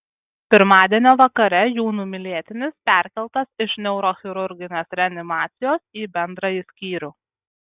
pirmadienio vakare jų numylėtinis perkeltas iš neurochirurginės reanimacijos į bendrąjį skyrių